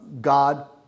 God